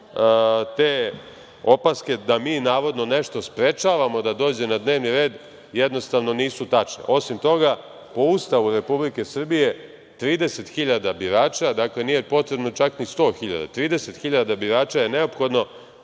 te opaske da mi, navodno, nešto sprečavamo da dođe na dnevni red jednostavno nisu tačne. Osim toga, po Ustavu Republike Srbije, 30.000 birača, dakle, nije potrebno čak ni 100.000, 30.000 birača je neophodno